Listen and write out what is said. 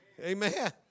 amen